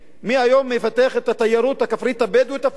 מי היום מפתח את התיירות הכפרית הבדואית אפילו?